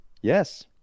yes